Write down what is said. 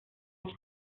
sky